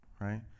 right